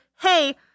Hey